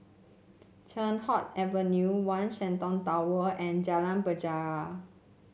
Teow Hock Avenue One Shenton Tower and Jalan Penjara